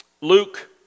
Luke